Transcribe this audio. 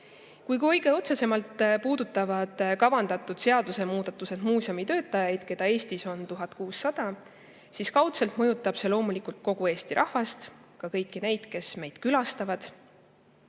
Kõige otsesemalt puudutavad kavandatud seadusemuudatused muuseumitöötajaid, keda Eestis on 1600, aga kaudselt mõjutab see loomulikult kogu Eesti rahvast, ka kõiki neid, kes meid külastavad.